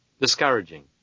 Discouraging